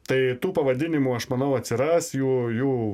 tai tų pavadinimų aš manau atsiras jų jų